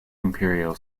imperial